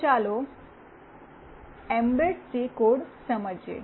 તો ચાલો embed C code સમજીએ